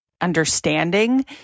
understanding